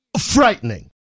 frightening